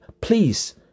please